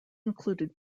included